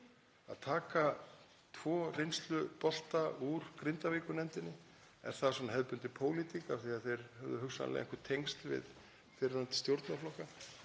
að taka tvo reynslubolta úr Grindavíkurnefndinni? Er það svona hefðbundin pólitík af því að þeir hefðu hugsanlega einhver tengsl við fyrrverandi stjórnarflokka?